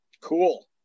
cool